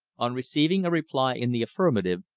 on receiving a reply in the affirmative,